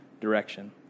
direction